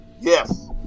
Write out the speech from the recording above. Yes